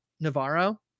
Navarro